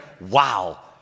wow